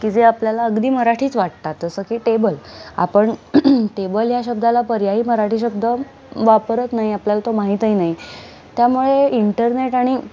की जे आपल्याला अगदी मराठीच वाटतात जसं की टेबल आपण टेबल या शब्दाला पर्यायी मराठी शब्द वापरत नाही आपल्याला तो माहीतही नाही त्यामुळे इंटरनेट आणि